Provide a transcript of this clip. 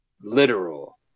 literal